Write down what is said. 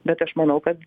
bet aš manau kad